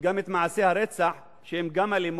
גם את מעשי הרצח, שהם גם אלימות,